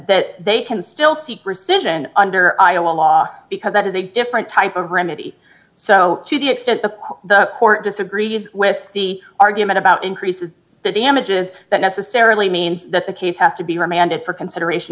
that they can still see precision under iowa law because that is a different type of remedy so to the if the court disagreed with the argument about increasing the damages that necessarily means that the case has to be remanded for consideration